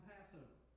Passover